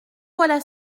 voilà